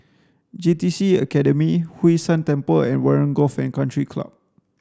J T C Academy Hwee San Temple and Warren Golf and Country Club